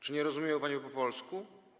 Czy nie rozumieją panie po polsku?